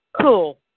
cool